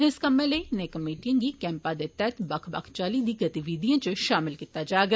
इस कम्मै लेई इनें कमेटिएं गी कैंपा दे तैहत बक्ख बक्ख चाल्ली दी गतिविधिएं च शामल कीता जाग